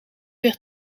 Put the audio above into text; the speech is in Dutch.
weer